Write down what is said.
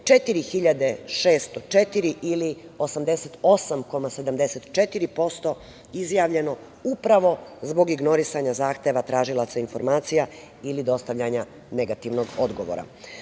4.604, ili 88,74% izjavljeno upravo zbog ignorisanja zahteva tražilaca informacija, ili dostavljanja negativnog odgovora. Ovim